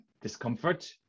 discomfort